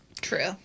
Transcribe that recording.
True